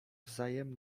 wzajem